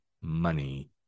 money